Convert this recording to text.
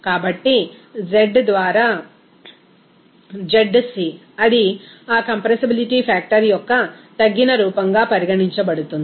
కాబట్టి z ద్వారా zc అది ఆ కంప్రెసిబిలిటీ ఫ్యాక్టర్ యొక్క తగ్గిన రూపంగా పరిగణించబడుతుంది